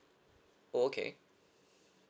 okay